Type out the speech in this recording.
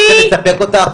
זה מספק אותך?